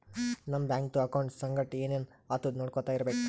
ನಮ್ ಬ್ಯಾಂಕ್ದು ಅಕೌಂಟ್ ಸಂಗಟ್ ಏನ್ ಏನ್ ಆತುದ್ ನೊಡ್ಕೊತಾ ಇರ್ಬೇಕ